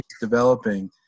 developing